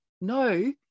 no